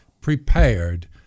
prepared